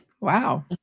Wow